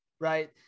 right